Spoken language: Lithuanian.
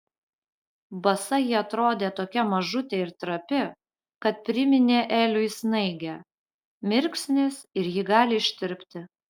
basa ji atrodė tokia mažutė ir trapi kad priminė eliui snaigę mirksnis ir ji gali ištirpti